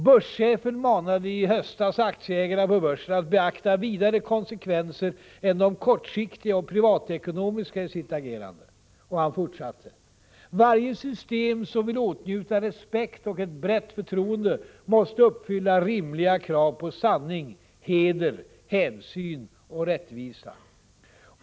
Börschefen manade i höstas aktieägarna på börsen att beakta ”vidare konsekvenser än de kortsiktiga och privatekonomiska i sitt agerande”, och han fortsatte: ”Varje system, som vill åtnjuta respekt och ett brett förtroende, måste uppfylla rimliga krav på sanning, heder, hänsyn och rättvisa.